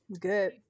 Good